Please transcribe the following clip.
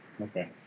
okay